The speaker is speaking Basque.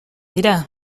dira